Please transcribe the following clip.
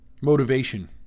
motivation